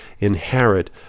inherit